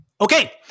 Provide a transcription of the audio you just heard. Okay